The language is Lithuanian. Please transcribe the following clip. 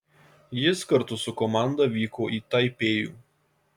jis kartu su komanda vyko į taipėjų